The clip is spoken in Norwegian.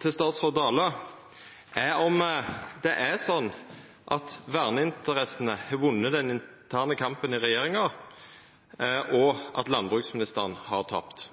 til statsråd Dale er: Er det sånn at verneinteressene har vunne den interne kampen i regjeringa, og at landbruksministeren har tapt?